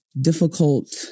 difficult